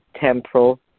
temporal